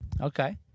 Okay